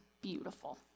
beautiful